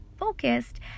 Focused